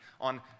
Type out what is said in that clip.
on